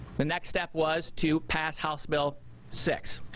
the next step was to pass house bill six.